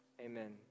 amen